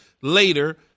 Later